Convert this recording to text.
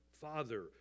Father